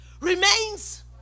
remains